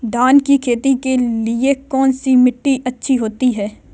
धान की खेती के लिए कौनसी मिट्टी अच्छी होती है?